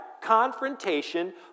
confrontation